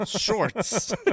Shorts